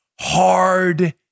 hard